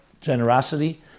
generosity